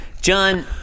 John